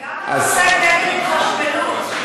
וגם המפסק נגד התחשמלות.